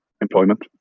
employment